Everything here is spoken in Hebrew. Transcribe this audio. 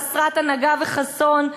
חסרת הנהגה וחזון,